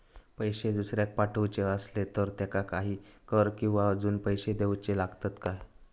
पैशे दुसऱ्याक पाठवूचे आसले तर त्याका काही कर किवा अजून पैशे देऊचे लागतत काय?